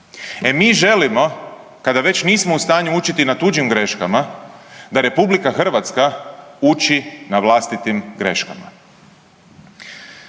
E, mi želimo, kada već nismo u stanju učiti na tuđim greškama, da RH uči na vlastitim greškama.